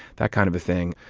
that kind of a thing.